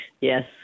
Yes